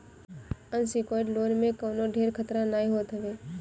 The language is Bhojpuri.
अनसिक्योर्ड लोन में कवनो ढेर खतरा नाइ होत हवे